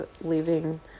leaving